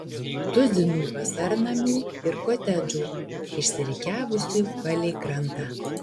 tuzinų vasarnamių ir kotedžų išsirikiavusių palei krantą